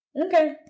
Okay